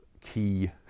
key